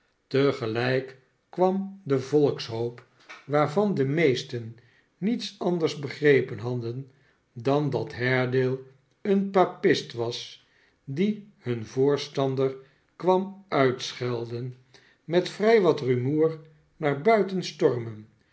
gelijk kwam de volkshoop waarvan de meesten niets anders begrepen hadden dan dat haredale een papist was die hun voorstander kwam uitschelden met vrij wat rumoer naar buiten stormen